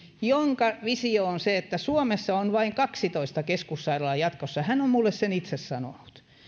jonka visio on se että suomessa on vain kaksitoista keskussairaalaa jatkossa hän on minulle sen itse sanonut